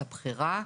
הבחירה,